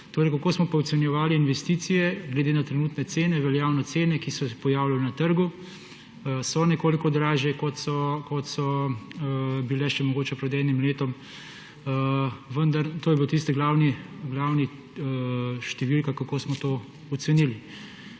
cenami. Kako smo pa ocenjevali investicije? Glede na trenutne cene, veljavne cene, ki so se pojavljale na trgu, so nekoliko dražje, kot so bile mogoče še pred enim letom. Vendar to je bila tista glavna številka, kako smo to ocenili.